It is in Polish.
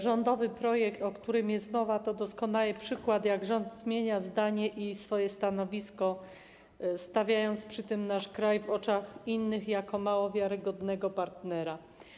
Rządowy projekt, o którym jest mowa, to doskonały przykład tego, jak rząd zmienia zdanie i swoje stanowisko, sprawiając przy tym, iż nasz kraj w oczach innych staje się mało wiarygodnym partnerem.